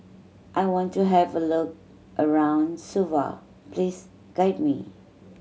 I want to have a look around Suva please guide me